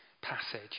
passage